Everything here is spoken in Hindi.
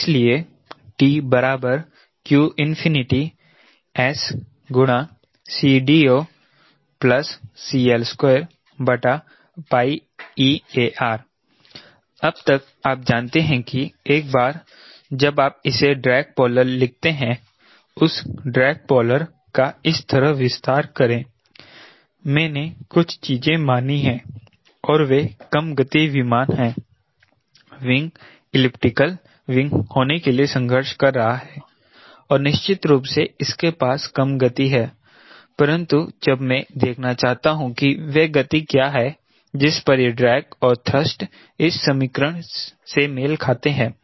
इसलिए T qS CDO CL2eAR अब तक आप जानते हैं कि एक बार जब आप इसे ड्रैग पोलर लिखते हैं उस ड्रैग पोलर का इस तरह विस्तार करें मैंने कुछ चीजें मानी हैं और वे कम गति विमान हैं विंग एलिप्तिक्ल विंग होने के लिए संघर्ष कर रहा है और निश्चित रूप से इसके पास कम गति है परंतु जब मैं देखना चाहता हूं कि वह गति क्या है जिस पर यह ड्रैग और थ्रस्ट इस समीकरण से मेल खाते हैं